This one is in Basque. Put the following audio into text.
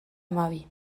hamabi